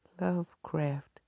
Lovecraft